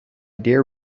dear